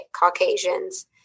Caucasians